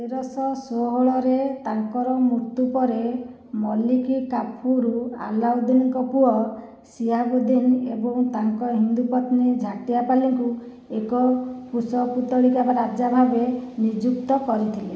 ତେର ଶହ ଷୋହଳ ରେ ତାଙ୍କର ମୃତ୍ୟୁ ପରେ ମଲିକ କାଫୁର ଆଲାଉଦ୍ଦିନଙ୍କ ପୁଅ ଶିହାବୁଦ୍ଦିନ ଏବଂ ତାଙ୍କ ହିନ୍ଦୁ ପତ୍ନୀ ଜ୍ୟାତ୍ୟପଲ୍ଲୀଙ୍କୁ ଏକ କୁଶପୁତ୍ତଳିକା ରାଜା ଭାବରେ ନିଯୁକ୍ତ କରିଥିଲେ